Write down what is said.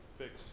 fix